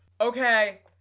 okay